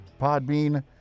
Podbean